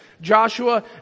Joshua